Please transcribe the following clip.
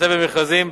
במכרזים.